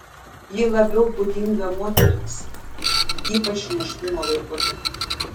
ji labiau būdinga moterims ypač nėštumo laikotarpiu